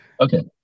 Okay